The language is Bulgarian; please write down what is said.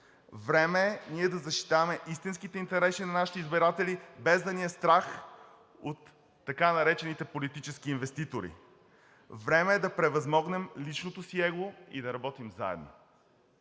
време е ние да защитаваме истинските интереси на нашите избиратели, без да ни е страх от така наречените политически инвеститори; време е да превъзмогнем личното си его и да работим заедно;